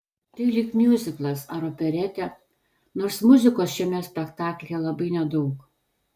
tai lyg miuziklas ar operetė nors muzikos šiame spektaklyje labai nedaug